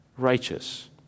righteous